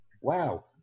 Wow